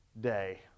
Day